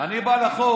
אני בא לחוק.